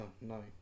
no